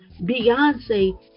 Beyonce